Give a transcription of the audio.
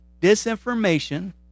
disinformation